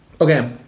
Okay